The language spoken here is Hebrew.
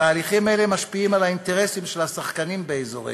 תהליכים אלו משפיעים על האינטרסים של השחקנים באזורנו.